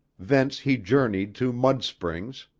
thence he journeyed to mud springs,